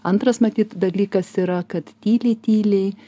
antras matyt dalykas yra kad tyliai tyliai